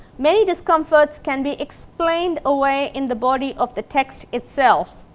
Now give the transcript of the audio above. many discomforts can be explained away in the body of the text itself,